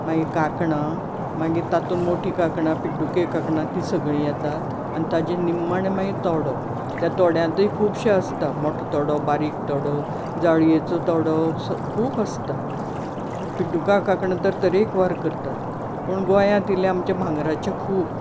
मागीर कांकणां मागीर तातूंत मोटीं कांकणां पिड्डुके कांकणां तीं सगळीं येतात आनी ताचे निम्माणें मागीर तोडो त्या तोड्यांतूय खुबशें आसता मोटो तोडो बारीक तोडो जाळयेचो तोडो स खूब आसता पिड्डुकां कांकणां तर तरेकवार करतात पूण गोंयांत इल्लें आमचें भांगराचें खूब